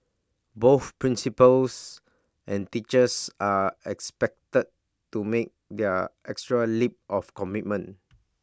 both principals and teachers are expected to make their extra leap of commitment